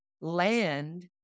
land